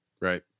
Right